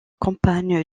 campagne